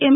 એમ